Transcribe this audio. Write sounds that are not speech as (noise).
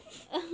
(laughs)